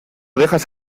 dejas